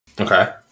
okay